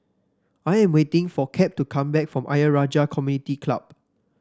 I am waiting for Cap to come back from Ayer Rajah Community Club